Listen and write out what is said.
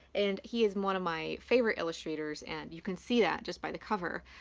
and he is one of my favorite illustrators. and you can see that just by the cover,